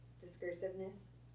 discursiveness